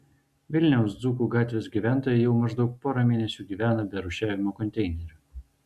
vilniaus dzūkų gatvės gyventojai jau maždaug porą mėnesių gyvena be rūšiavimo konteinerių